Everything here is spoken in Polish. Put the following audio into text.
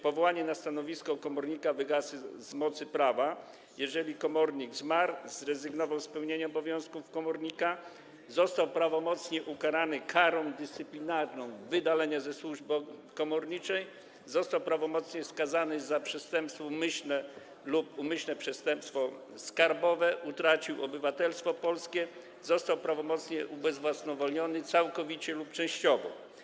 Powołanie na stanowisko komornika wygasa z mocy prawa, jeżeli komornik zmarł, zrezygnował z pełnienia obowiązków komornika, został prawomocnie ukarany karą dyscyplinarną wydalenia ze służby komorniczej, został prawomocnie skazany za przestępstwo umyślne lub umyślne przestępstwo skarbowe, utracił obywatelstwo polskie, został prawomocnie ubezwłasnowolniony całkowicie lub częściowo.